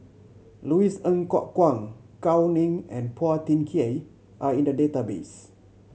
Louis Ng Kok Kwang Gao Ning and Phua Thin Kiay are in the database